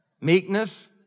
meekness